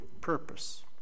purpose